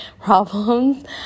problems